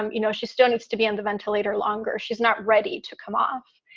um you know, she still needs to be on the ventilator longer. she's not ready to come off.